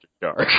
dark